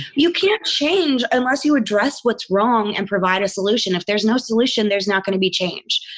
you can't change unless you address what's wrong and provide a solution. if there's no solution, there's not going to be change.